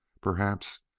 perhaps,